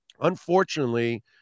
unfortunately